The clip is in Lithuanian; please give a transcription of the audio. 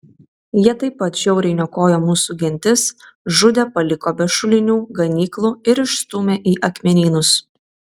jie taip pat žiauriai niokojo mūsų gentis žudė paliko be šulinių ganyklų ir išstūmė į akmenynus